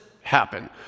happen